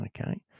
Okay